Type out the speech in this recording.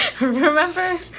Remember